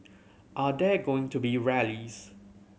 are there going to be rallies